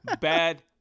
Bad